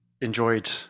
enjoyed